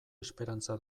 esperantza